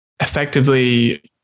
effectively